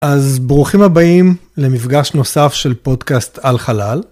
אז ברוכים הבאים למפגש נוסף של פודקאסט על חלל.